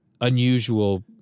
unusual